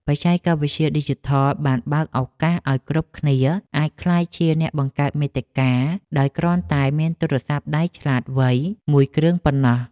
បច្ចេកវិទ្យាឌីជីថលបានបើកឱកាសឱ្យគ្រប់គ្នាអាចក្លាយជាអ្នកបង្កើតមាតិកាដោយគ្រាន់តែមានទូរស័ព្ទដៃឆ្លាតវៃមួយគ្រឿងប៉ុណ្ណោះ។